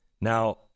Now